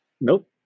Nope